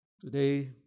Today